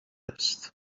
است